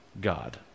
God